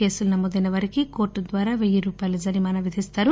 కేసులు నమోదైన వారికి కోర్టు ద్వారా పెయ్యి రూపాయిల జరిమానా విధిస్తారు